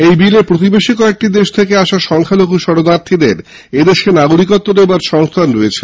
এই বিলে প্রতিবেশী কয়েকটি দেশ থেকে আসা সংখ্যালঘু শরণার্থীদের এদেশে নাগরিকত্ব দেওয়ার সংস্থান রয়েছে